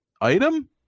item